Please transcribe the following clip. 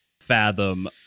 fathom